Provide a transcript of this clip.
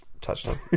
touchdown